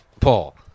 Paul